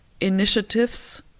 initiatives